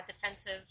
defensive